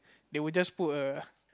they will just put a